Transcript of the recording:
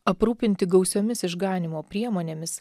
aprūpinti gausiomis išganymo priemonėmis